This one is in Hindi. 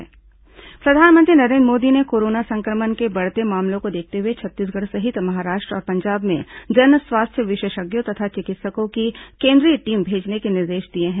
प्रधानमंत्री कोविड बैठक प्रधानमंत्री नरेन्द्र मोदी ने कोरोना संक्रमण के बढ़ते मामलों को देखते हुए छत्तीसगढ़ सहित महाराष्ट्र और पंजाब में जन स्वास्थ्य विशेषज्ञों तथा चिकित्सकों की केन्द्रीय टीम भेजने के निर्देश दिए हैं